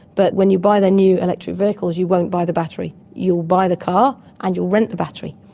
but when you buy their new electric vehicles you won't buy the battery, you'll buy the car and you'll rent the battery,